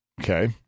Okay